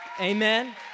Amen